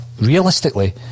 realistically